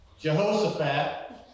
Jehoshaphat